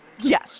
Yes